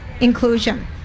inclusion